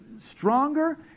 stronger